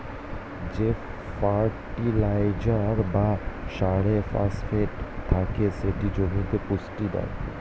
যে ফার্টিলাইজার বা সারে ফসফেট থাকে সেটি জমিতে পুষ্টি দেয়